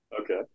okay